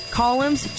columns